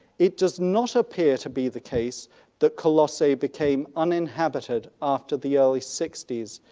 it does not appear to be the case that colossae became uninhabited after the early sixties.